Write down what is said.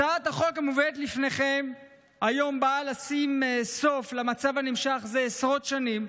הצעת החוק המובאת בפניכם היום באה לשים סוף למצב שנמשך זה עשרות שנים,